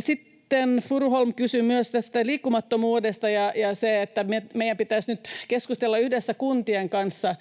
Sitten Furuholm kysyi myös tästä liikkumattomuudesta ja siitä, että meidän pitäisi nyt keskustella yhdessä kuntien kanssa.